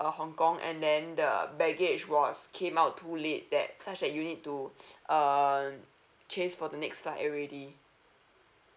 uh hong kong and then the baggage was came out too late that such that you need to um chase for the next flight already